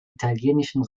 italienischen